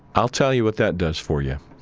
i'll tell you what that does for you.